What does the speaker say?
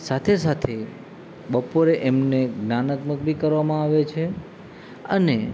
સાથે સાથે બપોરે એમને જ્ઞાનાત્મક બી કરવામાં આવે છે અને